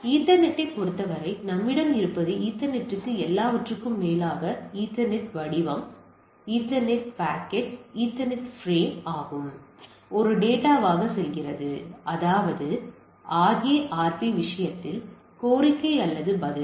ஈத்தர்நெட்டைப் பொறுத்தவரை நம்மிடம் இருப்பது ஈத்தர்நெட்டுக்கு எல்லாவற்றிற்கும் மேலாக ஈத்தர்நெட் வடிவம் மற்றும் ஈத்தர்நெட் பாக்கெட் மற்றும் ஈதர்நெட் பிரேம் ஆகும் இது ஒரு டேட்டாவாக செல்கிறது அதாவது ஒரு RARP விஷயத்தில் கோரிக்கை அல்லது பதில்